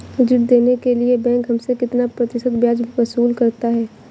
ऋण देने के लिए बैंक हमसे कितना प्रतिशत ब्याज वसूल करता है?